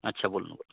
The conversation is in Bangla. আচ্ছা বলুন বলুন